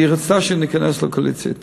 והיא רצתה שניכנס לקואליציה אתה.